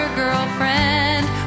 girlfriend